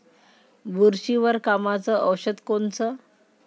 बुरशीवर कामाचं औषध कोनचं?